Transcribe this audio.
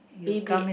Beyblade